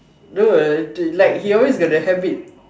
no did like he always got the habit